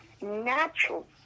natural